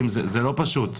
ולא יוביל את חברי הקבוצה,